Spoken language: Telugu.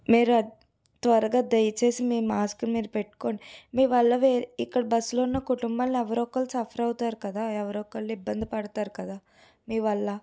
మీరు త్వరగా దయచేసి మీ మాస్కును మీరు పెట్టుకోండి మీ వల్ల వేరే ఇక్కడ బస్లో ఉన్న కుటుంబాల్లో ఎవరో ఒకరు సఫర్ అవుతారు కదా ఎవరో ఒకళ్ళు ఇబ్బంది పడతారు కదా మీ వల్ల